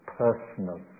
personal